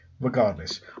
Regardless